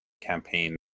campaign